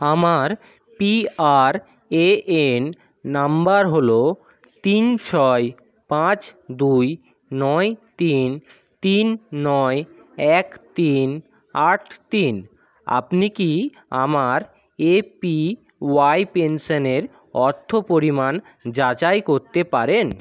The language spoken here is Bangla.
আমার পিআর এএন নাম্বার হলো তিন ছয় পাঁচ দুই নয় তিন তিন নয় এক তিন আট তিন আপনি কি আমার এপিওয়াই পেনশনের অর্থ পরিমাণ যাচাই করতে পারেন